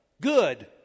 good